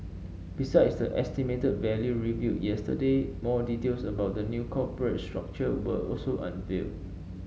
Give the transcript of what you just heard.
besides the estimated value revealed yesterday more details about the new corporate structure were also unveiled